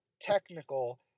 technical